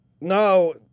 No